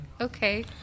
okay